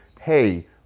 hey